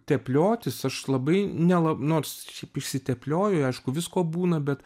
tepliotis aš labai nela nors šiaip išsiteplioju aišku visko būna bet